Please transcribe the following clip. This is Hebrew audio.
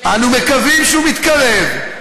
אנו מקווים שהוא מתקרב,